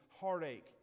heartache